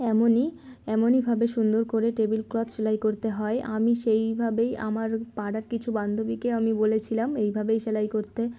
এমনই এমনইভাবে সুন্দর করে টেবিল ক্লথ সেলাই করতে হয় আমি সেইভাবেই আমার পাড়ার কিছু বান্ধবীকে আমি বলেছিলাম এইভাবেই সেলাই করতে